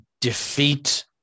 defeat